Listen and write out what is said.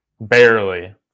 barely